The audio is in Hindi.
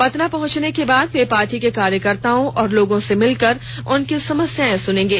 पतना पहुंचने के बाद वे पार्टी के कार्यकर्ताओं और लोगों से मिलकर उनकी समस्याएं सुनेंगे